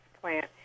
plant